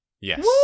yes